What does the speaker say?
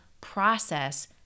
process